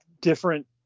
different